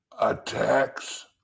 attacks